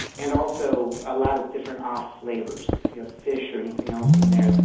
and also a lot of different off-flavors. if you have fish or anything else in there,